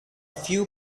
few